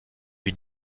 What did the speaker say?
lui